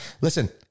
Listen